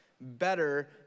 better